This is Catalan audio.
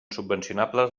subvencionables